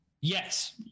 yes